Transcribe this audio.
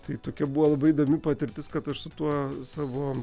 tai tokia buvo labai įdomi patirtis kad aš su tuo savo